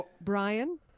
Brian